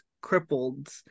crippled